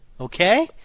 Okay